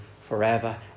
forever